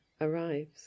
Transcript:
arrives